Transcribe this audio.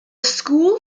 school